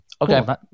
Okay